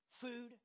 food